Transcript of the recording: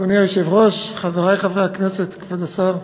אדוני היושב-ראש, חברי חברי הכנסת, כבוד השר,